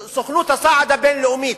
סוכנות הסעד הבין-לאומית,